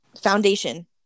foundation